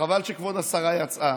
וחבל שכבוד השרה יצאה,